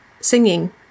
singing